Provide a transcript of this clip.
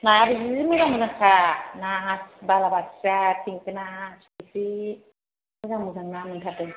नायाबो जि मोजां मोजांथार ना बालाबाथिया थेंगोना थुरि मोजां मोजां ना मोनथारदों